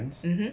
mmhmm